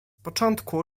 początku